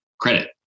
credit